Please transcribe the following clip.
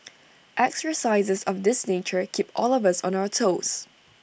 exercises of this nature keep all of us on our toes